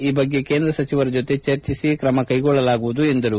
ಈ ಬಗ್ಗೆ ಕೇಂದ್ರ ಸಚಿವರ ಜೊತೆ ಚರ್ಚಿಸಿ ಕ್ರಮ ಕೈಗೊಳ್ಳಲಾಗುವುದು ಎಂದರು